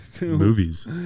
movies